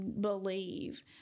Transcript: believe